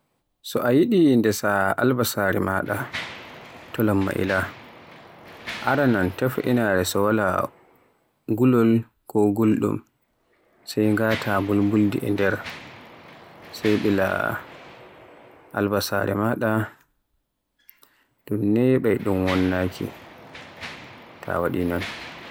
So a yiɗi ndesa albasare mada to lamma ila. Aranon tefa inaare so wala gulol ko gulɗum, sai ngata mbul-buldi e nder sai ɓila albasare maɗa, ɗun neɓaay ɗun wonnake ta waɗi non.